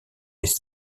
les